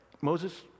Moses